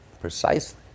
precisely